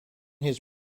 his